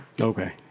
Okay